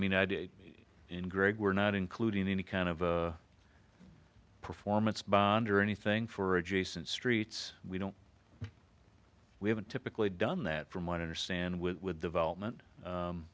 mean in greg we're not including any kind of performance bond or anything for adjacent streets we don't we haven't typically done that from what i understand with development